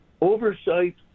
oversight